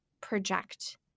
project